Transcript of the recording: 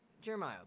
Jeremiah